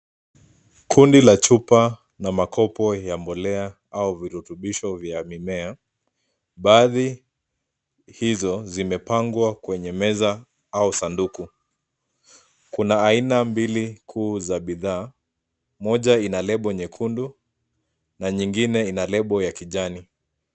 Kundi la chupa na makopo ya mbolea au virutubisho vya mimea. Baadhi hizo zimepangwa kwenye meza au sanduku. Kuna aina mbili kuu za bidhaa, moja ina lebo nyekundu na nyingine ina lebo ya kijani.